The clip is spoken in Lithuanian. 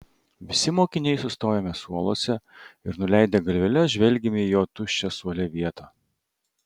visi mokiniai sustojome suoluose ir nuleidę galveles žvelgėme į jo tuščią suole vietą